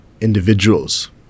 individuals